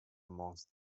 amongst